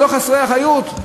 זה לא חסרי אחריות?